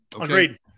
Agreed